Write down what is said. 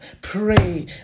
Pray